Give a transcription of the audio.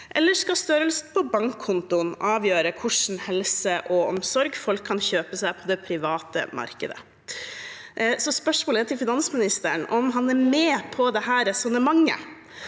eller skal størrelsen på bankkontoen avgjøre hva slags helse og omsorg folk kan kjøpe seg på det private markedet? Spørsmålet til finansministeren er om han er med på dette resonnementet,